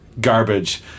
garbage